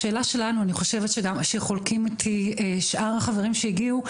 השאלה שלנו אני חושבת שחולקים איתי שאר החברים שהגיעו,